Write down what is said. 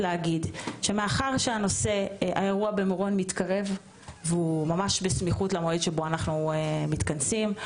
מאחר שהאירוע במירון מתקרב והוא ממש בסמיכות למועד שבו אנחנו מתכנסים,